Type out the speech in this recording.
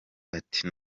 ati